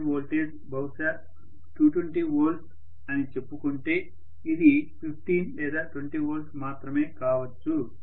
rated voltage బహుశా 220 వోల్ట్లు అని చెప్పుకుంటే ఇది 15 లేదా 20 వోల్ట్లు మాత్రమే కావచ్చు